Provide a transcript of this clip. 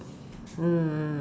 mm